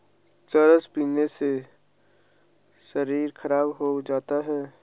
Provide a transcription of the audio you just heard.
चरस पीने से शरीर खराब हो जाता है